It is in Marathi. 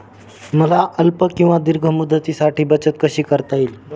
मला अल्प किंवा दीर्घ मुदतीसाठी बचत कशी करता येईल?